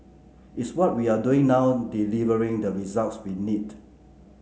is what we are doing now delivering the results we need